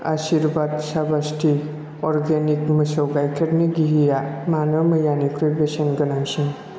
आशिर्वाद स्वस्ति अरगेनिक मोसौ गायखेरनि गिहिआ मानो मैयानिख्रुइ बेसेन गोनांसिन